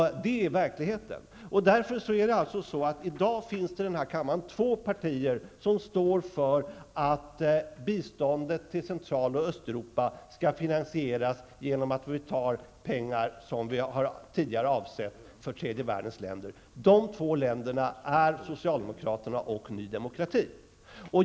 Det är verkligheten. I dag finns det därför här i kammaren två partier som står för att biståndet till Central och Östeuropa skall finansieras genom att vi tar pengar som vi avsett för tredje världens länder. De två partierna är socialdemokraterna och nydemokrati.